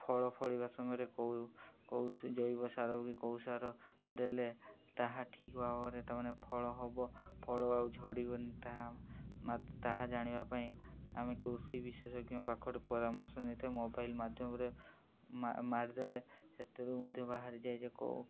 ଫଳ ଫଳିବା ସମୟରେ କେଉଁ କେଉଁ ଜୈବ ସାର କି କେଉଁ ସାର ଦେଲେ ତାହା ଠିକ୍ ଭାବରେ ତାମାନେ ଫଳ ହବ ଫଳ ଆଉ ଝଡ଼ିବନି ତାହା ତାହା ଜାଣିବା ପାଇଁ ଆମେ କୃଷି ବିଶେଷଜ୍ଞ ପାଖରେ ପରାମର୍ଶ ନେଇଥାଏ ମୋବାଇଲ୍ ମାଧ୍ୟମରେ ମାରିଦେଲେ ସେଥିରୁ ମଧ୍ୟ ବାହାରି ଯାଏ ଯେ କେଉଁ